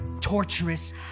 torturous